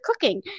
cooking